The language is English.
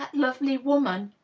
lovely woman!